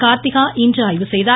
கார்த்திகா இன்று ஆய்வு செய்தார்